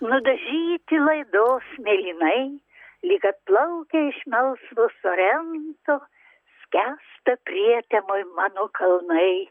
nudažyti laidos mėlynai lyg atplaukia iš melsvo sorento skęsta prietemoj mano kalnai